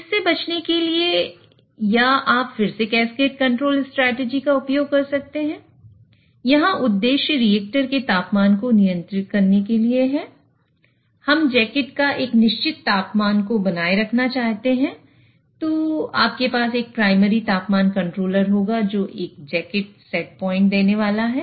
इससे बचने के लिए या आप फिर से कैस्केड कंट्रोल स्ट्रेटजी देने वाला है